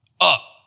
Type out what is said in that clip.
Up